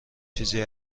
چیزی